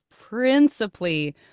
principally